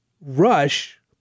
Rush